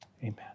Amen